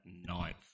ninth